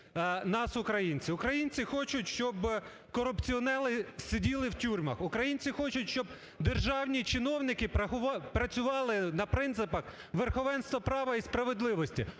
нас українці. Українці хочуть, щоб корупціонери сиділи в тюрмах. Українці хочуть, щоб державні чиновники працювали на принципах верховенства права і справедливості.